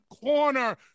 corner –